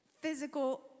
physical